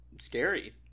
scary